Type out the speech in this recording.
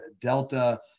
Delta